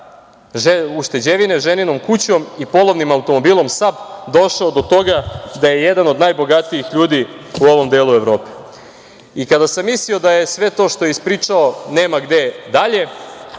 ušteđevine, ženinom kućom i polovnim automobilom „Saab“, došao do toga da je jedan od najbogatijih ljudi u ovom delu Evrope. Kada sam mislio da sve to što je ispričao nema gde dalje,